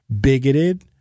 Bigoted